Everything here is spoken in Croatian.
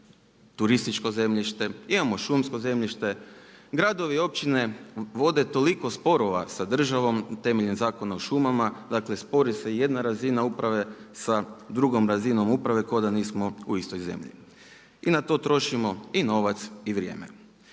poljoprivredno zemljište, imamo šumsko zemljište. Gradovi i općine vode toliko sporova sa državom temeljem Zakona o šumama, dakle spori se jedna razina uprave sa drugom razinom uprave kao da nismo u istoj zemlji. I na to trošimo i novac i vrijeme.